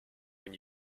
when